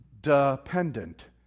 Dependent